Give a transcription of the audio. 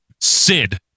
Sid